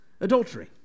adultery